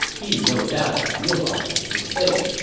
he no doubt has realized his mistake.